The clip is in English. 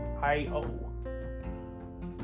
I-O